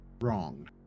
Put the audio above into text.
wrong